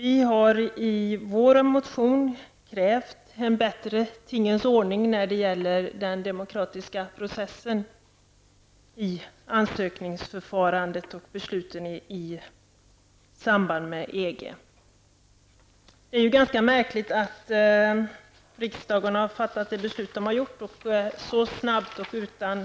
I en motion kräver vi en bättre tingens ordning när det gäller den demokratiska processen och besluten i samband med ansökningsförfarandet och EG. Det är ganska märkligt att riksdagen så snabbt och utan folklig förankring har fattat det beslut som har fattats.